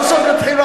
מה קורה פה?